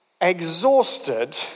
exhausted